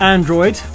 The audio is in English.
Android